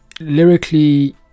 lyrically